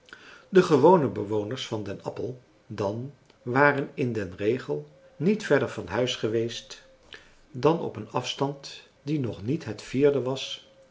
de gewone bewoners van den appel dan waren in den regel niet verder van huis geweest dan op een afstand die nog niet het vierde was